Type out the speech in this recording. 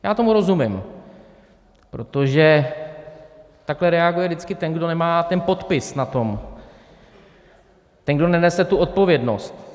Já tomu rozumím, protože takhle reaguje vždycky ten, kdo nemá ten podpis na tom, ten, kdo nenese tu odpovědnost.